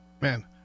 Man